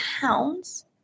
pounds